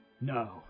No